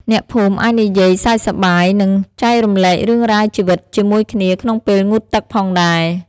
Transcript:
អ្នកភូមិអាចនិយាយ សើចសប្បាយ និងចែករំលែករឿងរ៉ាវជីវិតជាមួយគ្នាក្នុងពេលងូតទឹកផងដែរ។